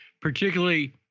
particularly